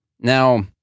Now